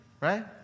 Right